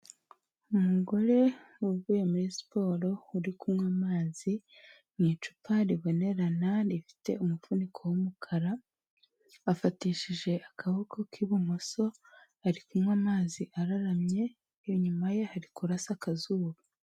Umugore uvuye muri siporo uri kunywa amazi, mu icupa ribonerana rifite umufuniko w'umukara, afatishije akaboko k'ibumoso, ari kunywa amazi araramye, inyuma ye hari kurasa akazuba.